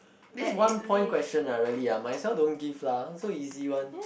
this one point question [a]h really ah might as well don't give lah so easy one